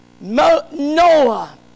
Noah